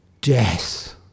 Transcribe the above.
death